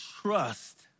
trust